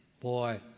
boy